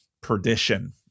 perdition